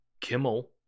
kimmel